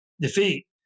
defeat